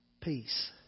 peace